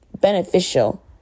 beneficial